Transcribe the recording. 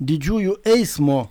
didžiųjų eismo